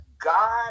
God